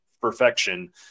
perfection